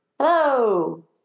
Hello